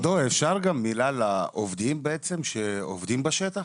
כבודו, אפשר גם מילה לעובדים בעצם שעובדים בשטח?